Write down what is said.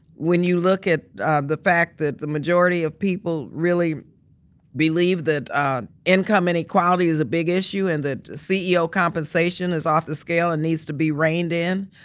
when you look at the fact that the majority of people really believe that ah income inequality is a big issue, and that ceo compensation is off the scale and needs to be reigned in.